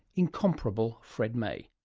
incomparable fred may.